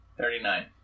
Thirty-nine